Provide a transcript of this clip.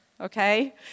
okay